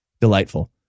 Delightful